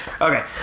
Okay